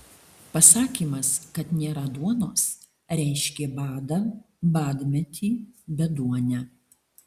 pasakymas kad nėra duonos reiškė badą badmetį beduonę